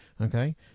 Okay